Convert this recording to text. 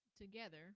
together